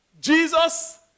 Jesus